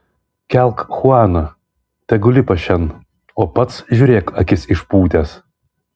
kelk chuaną tegu lipa šen o pats žiūrėk akis išpūtęs